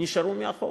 נשארו מאחור.